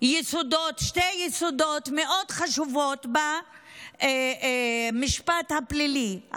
יסודות מאוד חשובים במשפט הפלילי: